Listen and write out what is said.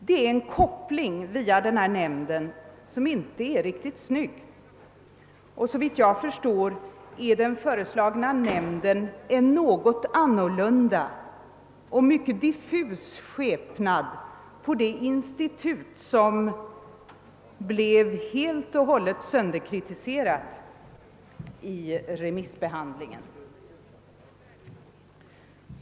Det är en koppling via denna nämnd som inte är riktigt snygg, och såvitt jag förstår är den föreslagna nämnden en något annorlunda och mycket diffus skepnad av det institut som blev helt och hållet sönderkritiserat i remissbehandlingen.